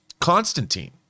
Constantine